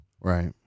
Right